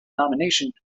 nomination